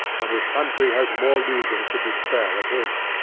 when his country has more reasons to despair of him.